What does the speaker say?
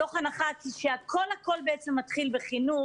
מתוך הנחה שהכול בעצם מתחיל בחינוך.